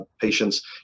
patients